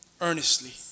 earnestly